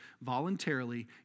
voluntarily